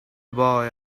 boy